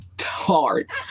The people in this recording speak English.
hard